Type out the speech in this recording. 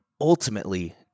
ultimately